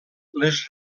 les